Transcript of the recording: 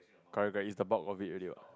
correct correct is above of it already what